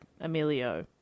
Emilio